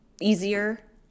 easier